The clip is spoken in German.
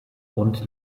und